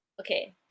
okay